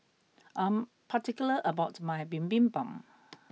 I'am particular about my Bibimbap